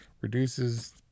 reduces